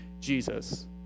jesus